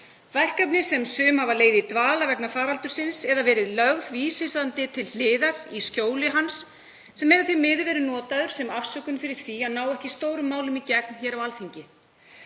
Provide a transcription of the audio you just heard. Verkefni sem sum hafa legið í dvala vegna faraldursins eða verið lögð vísvitandi til hliðar í skjóli Covid, sem hefur því miður verið notað sem afsökun fyrir því að ná ekki stórum málum í gegn hér á Alþingi.